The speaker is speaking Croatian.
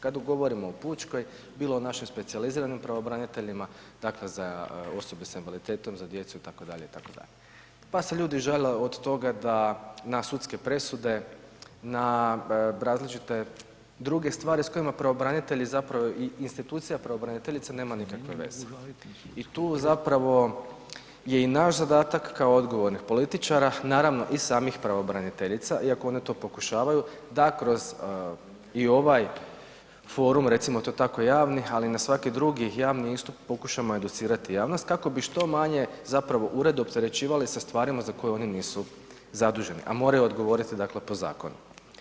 Kada govorimo o pučkoj, bilo o našim specijaliziranim pravobraniteljima, dakle za osobe s invaliditetom, za djecu, itd., itd., pa se ljudi žale od toga da na sudske presude, na različite druge stvari s kojima pravobranitelji, zapravo institucija pravobraniteljice nema nikakve veze i tu zapravo je i naš zadatak kao odgovornih političara, naravno i samih pravobraniteljica, iako one to pokušavaju da kroz i ovaj forum, recimo to tako, javnih, ali na svaki drugi javni istup pokušamo educirati javnost, kako bi što manje zapravo ured opterećivali sa stvarima za koje one nisu zadužene, a moraju odgovoriti, dakle, po zakonu.